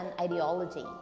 ideology